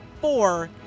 Four